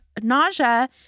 nausea